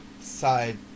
side